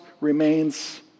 remains